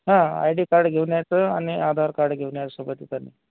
हां I D card घेऊन यायचं आणि आधार कार्ड घेऊन या सोबत येतानी